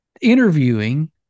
interviewing